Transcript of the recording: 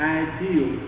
ideal